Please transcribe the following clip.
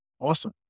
awesome